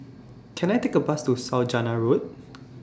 Can I Take A Bus to Saujana Road